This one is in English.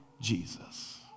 Jesus